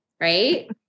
Right